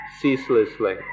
ceaselessly